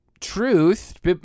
truth